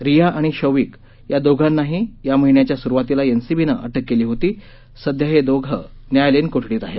रिया आणि शौविक या दोघांनाही या महिन्याच्या सुरुवातीला एनसीबीनं अटक केली होती सध्या हे दोघं न्यायालयीन कोठडीत आहेत